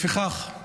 לפיכך,